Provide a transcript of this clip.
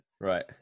right